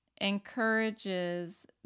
encourages